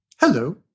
Hello